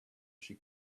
she